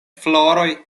floroj